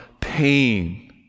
pain